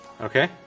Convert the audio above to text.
Okay